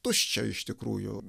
tuščia iš tikrųjų